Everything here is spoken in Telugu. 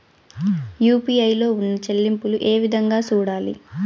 యు.పి.ఐ లో ఉన్న చెల్లింపులు ఏ విధంగా సూడాలి